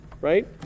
right